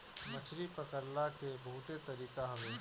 मछरी पकड़ला के बहुते तरीका हवे